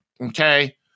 okay